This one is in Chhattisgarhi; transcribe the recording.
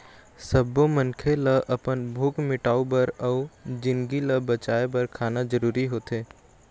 सब्बो मनखे ल अपन भूख मिटाउ बर अउ जिनगी ल बचाए बर खाना जरूरी होथे